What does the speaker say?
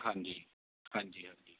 ਹਾਂਜੀ ਹਾਂਜੀ ਹਾਂਜੀ